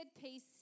Peace